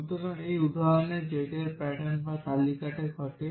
সুতরাং এই উদাহরণে z এই প্যাটার্ন বা তালিকায় ঘটে